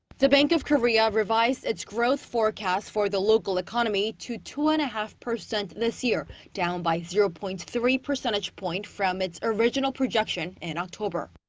the bank of korea revised its growth forecast for the local economy to two and a half percent this year, down by zero point three percentage point from its original projection in october.